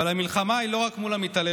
אבל המלחמה היא לא רק מול המתעללות.